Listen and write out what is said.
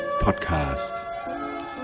Podcast